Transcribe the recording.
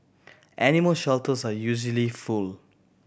animal shelters are usually full